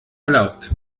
erlaubt